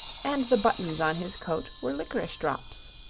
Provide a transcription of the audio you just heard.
and the buttons on his coat were licorice drops.